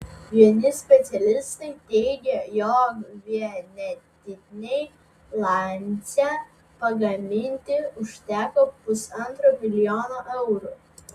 vieni specialistai teigia jog vienetinei lancia pagaminti užteko pusantro milijono eurų